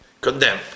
condemn